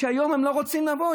שהיום הם לא רוצים לבוא,